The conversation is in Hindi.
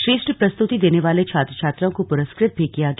श्रेष्ठ प्रस्तुति देने वाले छात्र छात्राओं को पुरस्कृत भी किया गया